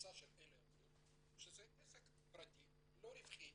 הקבוצה של אלי אזור שזה עסק פרטי לא רווחי,